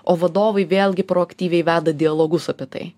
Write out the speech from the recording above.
o vadovai vėlgi proaktyviai veda dialogus apie tai